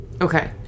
okay